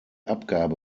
abgabe